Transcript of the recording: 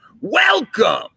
Welcome